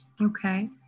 Okay